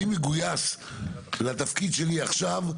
אני מגויס לתפקיד שלי עכשיו,